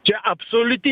čia absoliuti